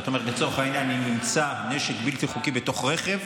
לצורך העניין, אם נמצא נשק בלתי חוקי בתוך רכב,